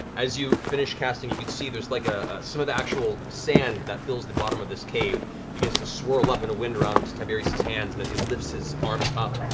as you finish casting, you can see like ah some of the actual sand that fills the bottom of this cave begins to swirl up in a wind around tiberius's hands, and as he lifts his arms up,